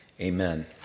Amen